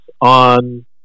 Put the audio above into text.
on